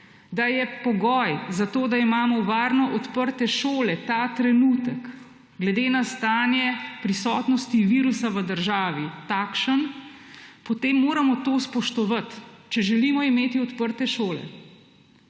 da je pogoj za to, da imamo varno odprte šole, ta trenutek glede na stanje prisotnosti virusa v državi takšen, potem moram to spoštovati, če želimo imeti odprte šole.